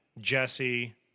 Jesse